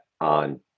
on